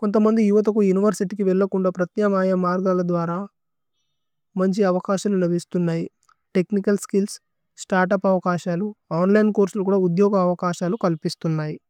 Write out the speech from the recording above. കുന്തമ് മ്ന്ദി യോഥകു ഉനിവേര്സിത്യ് കി വേല്ലകുന്ന പ്രഥിയമയ മര്ഗ അല ദ്വര മന്ജി അവകശയന വിശ്തുന്നി। തേഛ്നിചല് സ്കില്ല്സ്, സ്തര്ത്-ഉപ് അവകശയലു, ഓന്ലിനേ കുര്സലു കുദ ഉദ്യോഗ അവകശയലു കല്പിസ്തുന്നി।